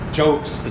jokes